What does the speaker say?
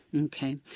Okay